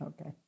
Okay